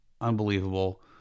unbelievable